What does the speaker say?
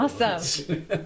Awesome